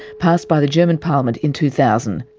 passed by the german parliament in two thousand.